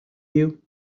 you